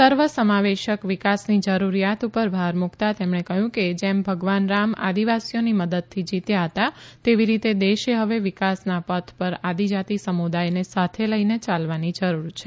સર્વસમાવેશક વિકાસની જરૂરિયાત પર ભાર મૂકતાં તેમણે કહ્યું કે જેમ ભગવાન રામ આદિવાસીઓની મદદથી જીત્યા હતા તેવી રીતે દેશે હવે વિકાસના પથ પર આદિજાતિ સમુદાયને સાથે લઇને ચાલવાની જરૂર છે